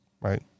right